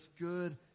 good